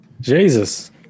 Jesus